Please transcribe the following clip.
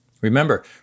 Remember